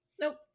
Nope